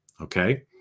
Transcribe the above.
okay